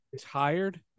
tired